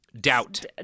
Doubt